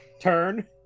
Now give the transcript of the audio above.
turn